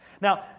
Now